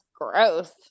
gross